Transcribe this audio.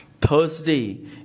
Thursday